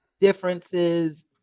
differences